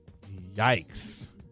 Yikes